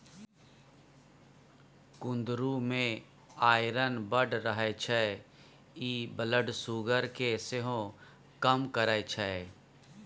कुंदरु मे आइरन बड़ रहय छै इ ब्लड सुगर केँ सेहो कम करय छै